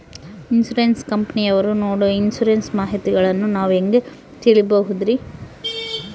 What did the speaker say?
Insurance ಕಂಪನಿಯವರು ನೇಡೊ insurance ಮಾಹಿತಿಗಳನ್ನು ನಾವು ಹೆಂಗ ತಿಳಿಬಹುದ್ರಿ?